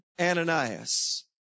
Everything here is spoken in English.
Ananias